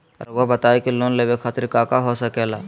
रउआ बताई की लोन लेवे खातिर काका हो सके ला?